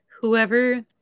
whoever